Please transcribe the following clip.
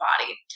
body